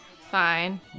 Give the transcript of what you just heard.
Fine